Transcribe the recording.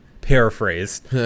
paraphrased